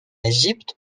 égypte